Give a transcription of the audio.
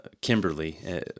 Kimberly